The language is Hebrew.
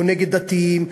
או נגד דתיים,